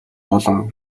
болон